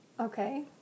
Okay